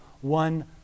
one